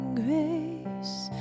grace